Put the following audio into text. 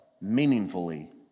meaningfully